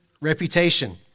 reputation